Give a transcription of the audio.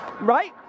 Right